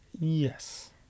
Yes